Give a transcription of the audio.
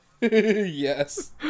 Yes